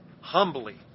humbly